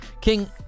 King